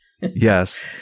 Yes